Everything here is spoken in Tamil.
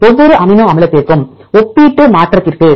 ஒவ்வொரு அமினோ அமிலத்திற்கும் ஒப்பீட்டு மாற்றத்திற்கு